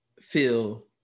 feel